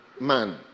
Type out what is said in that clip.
man